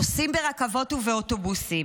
נוסעים ברכבות ובאוטובוסים,